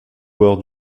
bord